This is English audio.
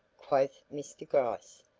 quoth mr. gryce,